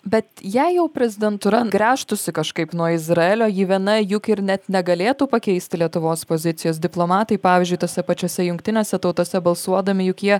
bet jei jau prezidentūra gręžtųsi kažkaip nuo izraelio ji viena juk ir net negalėtų pakeisti lietuvos pozicijos diplomatai pavyzdžiui tose pačiose jungtinėse tautose balsuodami juk jie